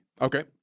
Okay